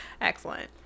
Excellent